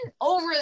over